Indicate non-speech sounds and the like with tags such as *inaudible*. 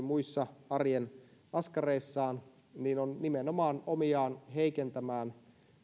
*unintelligible* muissa arjen askareissaan on nimenomaan omiaan heikentämään